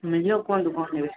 ମିଳିଯିବ କୁହନ୍ତୁ କ'ଣ ନେବେ